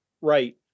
right